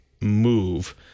move